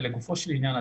לגופו של עניין,